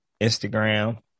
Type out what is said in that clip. Instagram